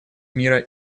мира